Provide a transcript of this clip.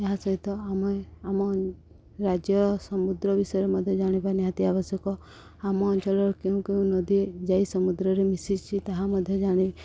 ଏହା ସହିତ ଆମେ ଆମ ରାଜ୍ୟର ସମୁଦ୍ର ବିଷୟରେ ମଧ୍ୟ ଜାଣିବା ନିହାତି ଆବଶ୍ୟକ ଆମ ଅଞ୍ଚଳର କେଉଁ କେଉଁ ନଦୀ ଯାଇ ସମୁଦ୍ରରେ ମିଶିଛିି ତାହା ମଧ୍ୟ ଜାଣି